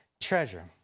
treasure